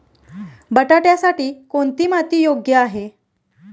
बटाट्यासाठी कोणती माती योग्य आहे?